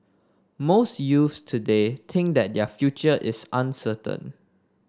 most youths today think that their future is uncertain